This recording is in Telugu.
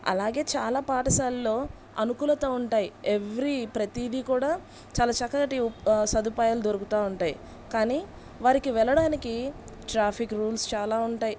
అలాగే చాలా పాఠశాలల్లో అనుకూలత ఉంటాయి ఎవ్రీ ప్రద్దీతి కూడా చాలా చక్కటి సదుపాయాలు దొరుకుతూ ఉంటాయి కానీ వారికి వెళ్ళడానికి ట్రాఫిక్ రూల్స్ చాలా ఉంటాయి